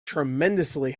tremendously